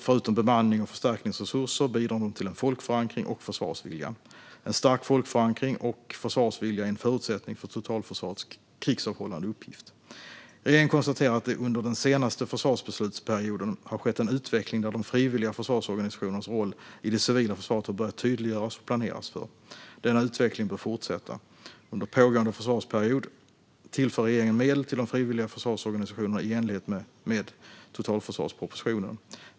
Förutom bemanning och förstärkningsresurser bidrar de till folkförankring och till försvarsviljan. En stark folkförankring och försvarsvilja är en förutsättning för totalförsvarets krigsavhållande uppgift. Regeringen konstaterar att det under den senaste försvarsbeslutsperioden har skett en utveckling där de frivilliga försvarsorganisationernas roll i det civila försvaret har börjat tydliggöras och planeras för. Denna utveckling bör fortsätta. Under pågående försvarsperiod tillför regeringen medel till de frivilliga försvarsorganisationerna i enlighet med totalförsvarspropositionen.